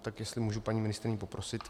Tak jestli můžu paní ministryni poprosit.